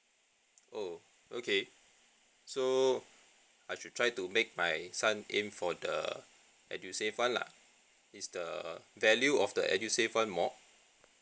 oh okay so I should try to make my son aim for the edusave one lah is the value of the edusave one more